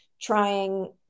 trying